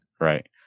right